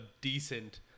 decent